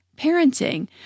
parenting